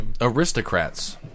Aristocrats